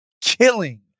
killing